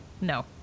No